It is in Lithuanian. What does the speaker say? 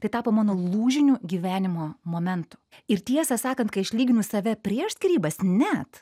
tai tapo mano lūžiniu gyvenimo momentu ir tiesą sakant kai aš lyginu save prieš skyrybas net